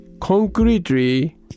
concretely